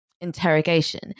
interrogation